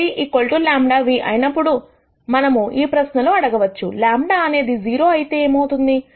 Aν λνఅయినప్పుడు మనము ఈ ప్రశ్నలు అడగొచ్చుλ అనేది 0 అయితే ఏమౌతుంది